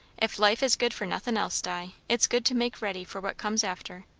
if life is good for nothin' else, di, it's good to make ready for what comes after.